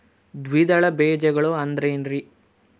ದ್ವಿದಳ ಬೇಜಗಳು ಅಂದರೇನ್ರಿ?